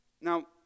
Now